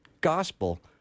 gospel